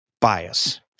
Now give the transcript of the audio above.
bias